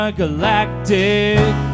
galactic